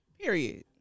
Period